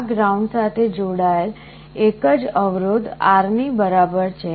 આ ગ્રાઉન્ડ સાથે જોડાયેલ એક જ અવરોધ R ની બરાબર છે